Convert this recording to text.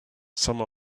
some